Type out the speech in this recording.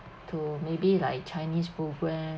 to maybe like chinese program